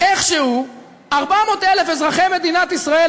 איכשהו 400,000 אזרחי מדינת ישראל,